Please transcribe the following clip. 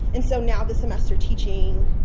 and so now this semester teaching